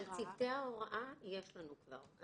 על צוותי ההוראה יש לנו כבר.